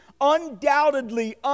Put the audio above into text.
undoubtedly